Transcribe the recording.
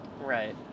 Right